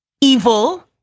Evil